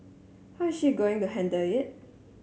how is she going to handle it